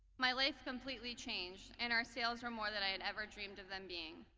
my life completely changed and our sales were more than i had ever dreamed of them being.